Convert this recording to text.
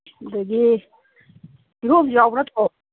ꯑꯗꯒꯤ ꯀꯤꯍꯣꯝꯁꯨ ꯌꯥꯎꯕ ꯅꯠꯇ꯭ꯔꯣ